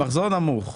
מחזור נמוך.